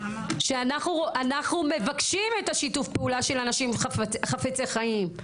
שאנחנו מבקשים את שיתוף הפעולה של אנשים חפצי חיים.